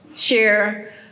share